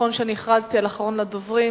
נכון שהכרזתי על אחרון הדוברים,